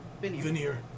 veneer